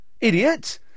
Idiot